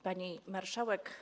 Pani Marszałek!